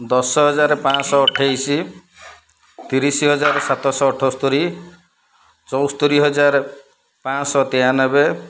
ଦଶ ହଜାର ପାଞ୍ଚଶହ ଅଠେଇଶ ତିରିଶ ହଜାର ସାତଶହ ଅଠସ୍ତରି ଚଉସ୍ତରି ହଜାର ପାଞ୍ଚଶହ ତେୟାନବେ